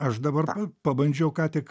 aš dabar pa pabandžiau ką tik